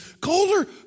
Colder